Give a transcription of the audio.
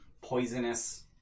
poisonous